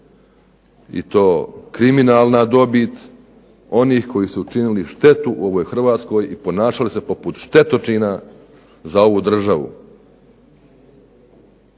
i to kriminalna dobit onih koji su činili štetu u ovoj Hrvatskoj i ponašali se poput štetočina za ovud državu.